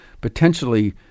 potentially